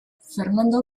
fernando